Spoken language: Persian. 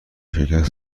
شرکت